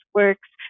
works